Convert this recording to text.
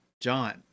John